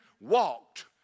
walked